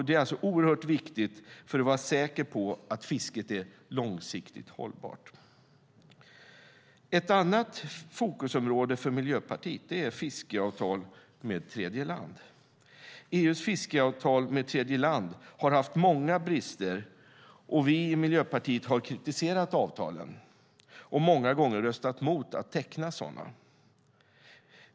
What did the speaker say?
Det är oerhört viktigt för att vara säker på att fisket är långsiktigt hållbart. Ett annat fokusområde för Miljöpartiet är fiskeavtal med tredjeland. EU:s fiskeavtal med tredjeland har haft många brister, och vi i Miljöpartiet har kritiserat avtalen och många gånger röstat mot att teckna sådana.